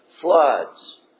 floods